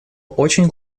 очень